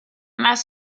must